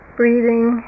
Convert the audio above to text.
breathing